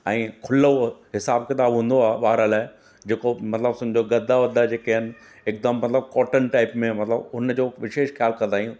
ऐं खुलो हिसाबु किताबु हूंदो आहे ॿार लाइ जेको मतिलबु सम्झो गद्दा वद्दा जेके आहिनि हिकदमि मतिलबु कोर्टन टाइप में मतिलबु हुन जो विशेष ख़्यालु कंदा आहियूं